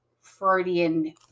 Freudian